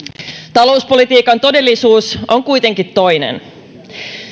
talouspolitiikan todellisuus on kuitenkin toinen